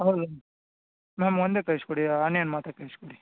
ಹೌದು ಮ್ಯಾಮ್ ಒಂದೇ ಕಳಿಸ್ಕೊಡಿ ಆನಿಯನ್ ಮಾತ್ರ ಕಳಿಸ್ಕೊಡಿ